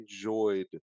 enjoyed